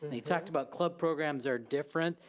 he talked about club programs are different.